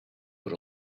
but